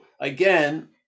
again